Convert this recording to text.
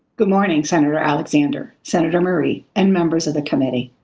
good morning, senator alexander, senator murray and members of the committee.